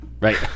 Right